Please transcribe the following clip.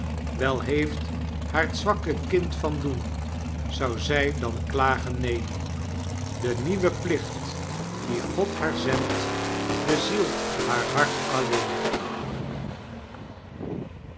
wel heeft haar t zwakke kind van doenl zou zg dan klagen neen de nieuwe plicht dien god haar zendt bezielt haar hart alleen